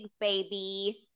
baby